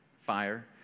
fire